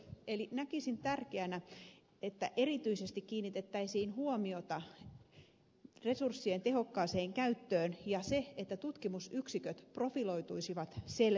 eli näkisin tärkeänä että erityisesti kiinnitettäisiin huomiota resurssien tehokkaaseen käyttöön ja siihen että tutkimusyksiköt profiloituisivat selvemmin